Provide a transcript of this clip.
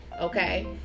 okay